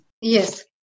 Yes